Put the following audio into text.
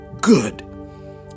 good